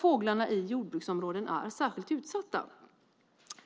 Fåglarna i jordbruksområden är särskilt utsatta.